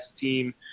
team